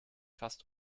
fast